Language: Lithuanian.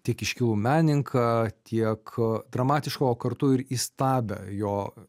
tiek iškilų menininką tiek dramatišką o kartu ir įstabią jo